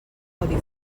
codi